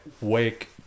wake